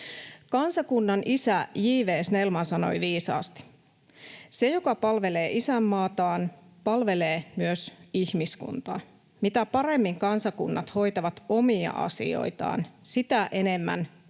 Kansakunnan isä J. V. Snellman sanoi viisaasti: ”Se, joka palvelee isänmaataan, palvelee myös ihmiskuntaa. Mitä paremmin kansakunnat hoitavat omia asioitaan, sitä enemmän ihmiskunta